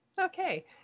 Okay